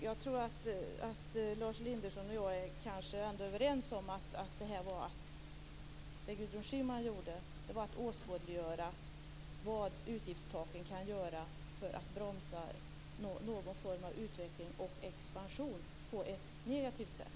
Jag tror att Lars Elindersson och jag ändå är överens om att det Gudrun Schyman gjorde var att åskådliggöra vad utgiftstaken kan göra för att bromsa en form av utveckling och expansion på ett negativt sätt.